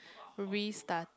restart